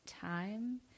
time